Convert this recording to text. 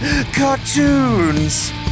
cartoons